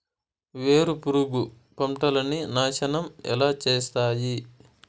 వేరుపురుగు పంటలని నాశనం ఎలా చేస్తాయి?